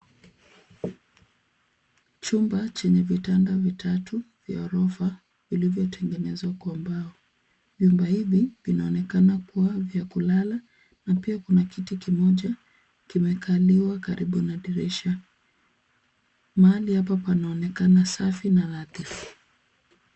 Chumba chenye vitanda vitatu vya ghorofa vilivyotengenezwa kwa mbao. Vyumba hivi vinaonekana kuwa vya kulala na pia kuna kiti kimoja kimekaliwa karibu na dirisha. Mahali hapa panaonekana safi na nadhifu.